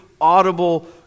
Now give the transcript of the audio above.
audible